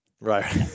right